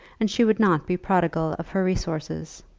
and she would not be prodigal of her resources.